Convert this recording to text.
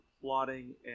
plotting